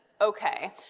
okay